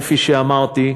כפי שאמרתי,